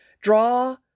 Draw